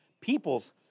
peoples